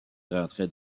rentrer